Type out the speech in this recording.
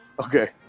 Okay